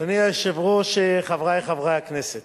אדוני היושב-ראש, חברי חברי הכנסת,